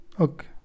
Okay